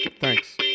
Thanks